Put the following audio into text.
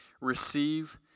receive